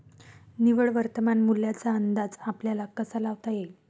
निव्वळ वर्तमान मूल्याचा अंदाज आपल्याला कसा लावता येईल?